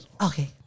Okay